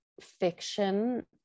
fiction